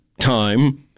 time